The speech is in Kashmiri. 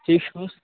ٹھیٖک چھُو حظ